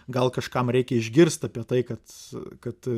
gal kažkam reikia išgirst apie tai kad kad